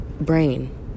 brain